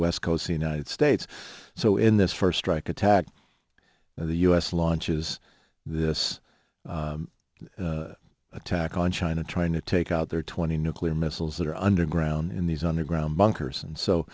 west coast the united states so in this first strike attack the u s launches this attack on china trying to take out their twenty nuclear missiles that are underground in these underground bunkers and so